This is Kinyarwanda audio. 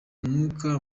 mwuga